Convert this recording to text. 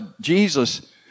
Jesus